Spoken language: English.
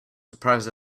surprised